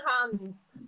hands